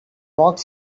walked